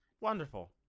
wonderful